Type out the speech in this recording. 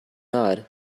nod